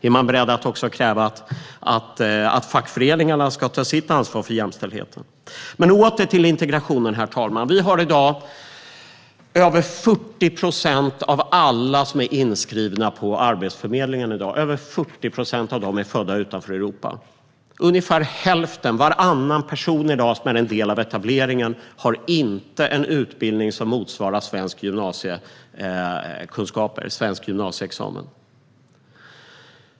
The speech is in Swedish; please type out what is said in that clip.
Är den beredd att också kräva att fackföreningarna ska ta sitt ansvar för jämställdheten? Men åter till integrationen, herr talman! Över 40 procent av alla som är inskrivna på Arbetsförmedlingen i dag är födda utanför Europa. Ungefär varannan person som i dag är en del av etableringen har inte en utbildning som motsvarar svensk gymnasieexamen.